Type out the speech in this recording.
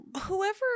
whoever